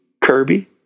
Kirby